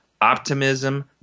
optimism